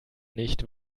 nicht